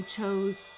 chose